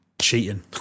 cheating